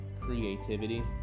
creativity